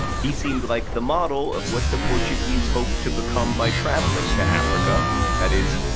he seemed like the model of what the portuguese hoped to become by traveling to africa that is,